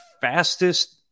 fastest